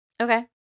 okay